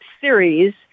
Series